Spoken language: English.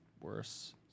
worse